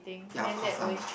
ya of course lah